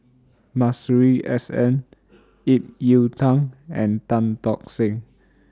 Masuri S N Ip Yiu Tung and Tan Tock Seng